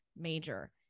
major